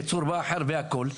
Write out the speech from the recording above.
בצור באהר והכל,